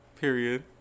period